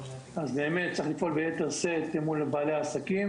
צריך לפעול ביתר שאת בנושא אכיפה מול בעלי העסקים